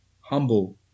humble